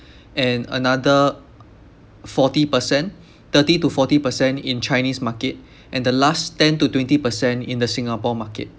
and another forty percent thirty to forty percent in chinese market and the last ten to twenty percent in the singapore market